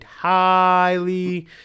highly